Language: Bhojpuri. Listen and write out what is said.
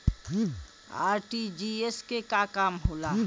आर.टी.जी.एस के का काम होला?